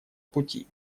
пути